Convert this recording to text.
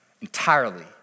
Entirely